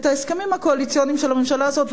את ההסכמים הקואליציוניים של הממשלה הזאת,